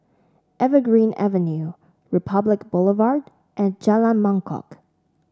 Evergreen Avenue Republic Boulevard and Jalan Mangkok